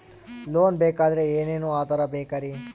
Loan ಬೇಕಾದ್ರೆ ಏನೇನು ಆಧಾರ ಬೇಕರಿ?